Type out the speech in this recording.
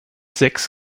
sechs